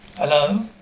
Hello